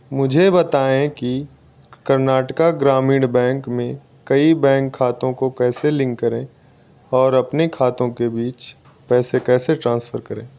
मुझे बताएँ कि कर्नाटका ग्रामीण बैंक में कई बैंक खातों को कैसे लिंक करें और अपने खातों के बीच पैसे कैसे ट्रांसफ़र करें